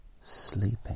sleeping